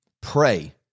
pray